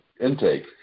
intake